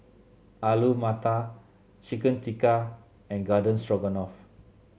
Alu Matar Chicken Tikka and Garden Stroganoff